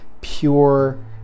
pure